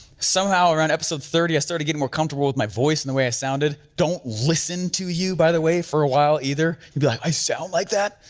somehow or on episode thirty i started getting more comfortable with my voice and the way i sounded. don't listen to you, by the way, for a while either. you'd be like, i sound like that?